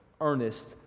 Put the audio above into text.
Earnest